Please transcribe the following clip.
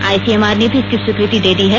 ICMR ने भी इसकी स्वीकृति दे दी है